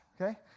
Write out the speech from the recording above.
okay